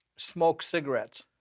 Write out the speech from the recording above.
smoke cigarettes